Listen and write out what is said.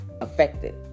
affected